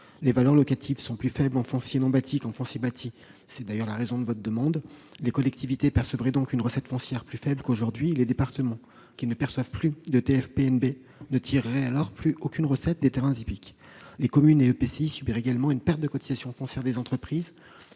Les valeurs locatives sont plus faibles en foncier non bâti qu'en foncier bâti. Les collectivités percevraient donc une recette foncière plus faible qu'aujourd'hui. Les départements qui ne perçoivent plus de TFPNB ne tireraient alors plus aucune recette des terrains hippiques. Les communes et EPCI subiraient également une perte de cotisation foncière des entreprises,